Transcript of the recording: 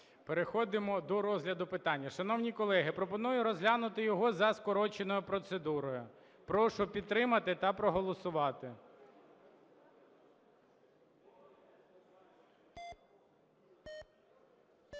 Переходимо до розгляду питання. Шановні колеги, пропоную розглянути його за скороченою процедурою. Прошу підтримати та проголосувати.